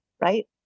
right